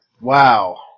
Wow